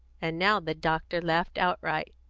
and now the doctor laughed outright.